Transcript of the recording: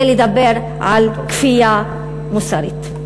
זה לדבר על כפייה מוסרית.